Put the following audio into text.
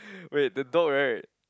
wait the dog right